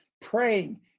praying